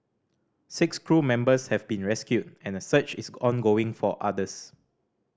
six crew members have been rescued and a search is ongoing for others